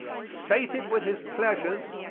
sated with his pleasures,